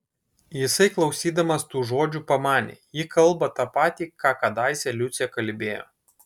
jisai klausydamas tų žodžių pamanė ji kalba ta patį ką kadaise liucė kalbėjo